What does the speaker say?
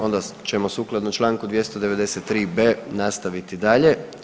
Onda ćemo sukladno članku 293b. nastaviti dalje.